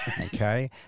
Okay